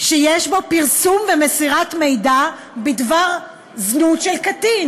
שיש בו פרסום ומסירת מידע בדבר זנות של קטין.